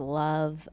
love